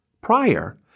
prior